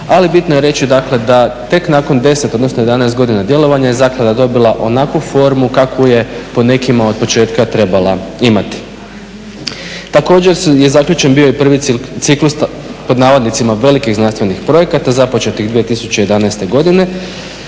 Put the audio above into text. ali bitno je reći da tek nakon 10 odnosno 11 godina djelovanja je zaklada dobila onakvu formu kakvu je po nekima od početka trebala imati. Također je zaključen i prvi ciklus "velikih znanstvenih projekata" započetih 2011.godine,